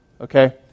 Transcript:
okay